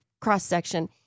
cross-section